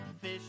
fish